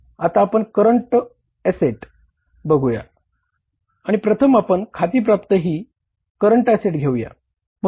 आता आपण current asset current asset घेऊया